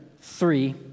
three